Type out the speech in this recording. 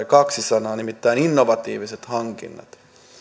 kaksi sanaa nimittäin innovatiiviset hankinnat